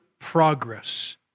progress